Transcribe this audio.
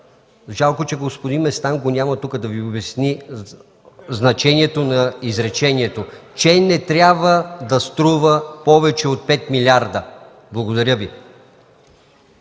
жалко, че господин Местан го няма тук, за да Ви обясни значението на изречението „че не трябва да струва повече от 5 милиарда”. Благодаря.